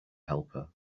helper